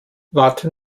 warte